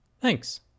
Thanks